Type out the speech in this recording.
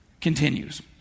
continues